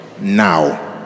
Now